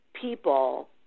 people